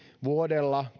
vuodella